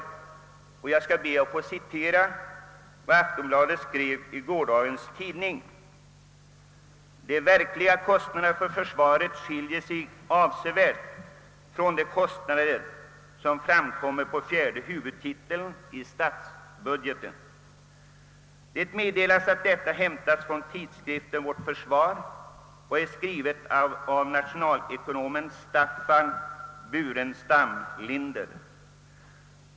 Först skall jag be att få citera vad Aftonbladet skrev i går: »De verkliga kostnaderna för försvaret skiljer sig avsevärt från de kostnader som framkommer på fjärde huvudtiteln i statsbudgeten.» Det meddelas att detta hämtats ur en artikel i tidskriften Vårt Försvar, skriven av nationalekonomen Staffan Burenstam-Linder.